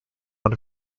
out